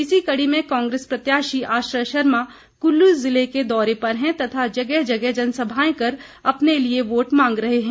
इसी कड़ी में कांग्रेस प्रत्याशी आश्रय शर्मा कुल्लू जिला के दौरे पर हैं तथा जगह जगह जनसभाएं कर अपने लिए वोट मांग रहे है